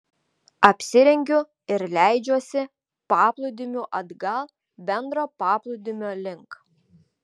apsirengiu ir leidžiuosi paplūdimiu atgal bendro paplūdimio link